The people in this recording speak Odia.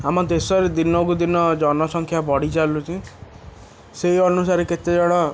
ଆମ ଦେଶରେ ଦିନ କୁ ଦିନ ଜନସଂଖ୍ୟା ବଢ଼ି ଚାଲୁଛି ସେଇ ଅନୁସାରେ କେତେ ଜଣ